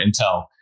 Intel